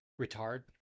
Retard